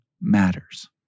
matters